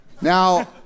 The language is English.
Now